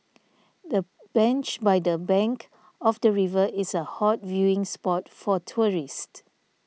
the bench by the bank of the river is a hot viewing spot for tourists